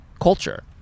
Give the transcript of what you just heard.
culture